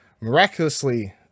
miraculously